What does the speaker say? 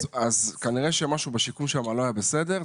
כנראה שמשהו בשיקול לא היה בסדר.